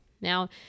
Now